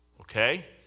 Okay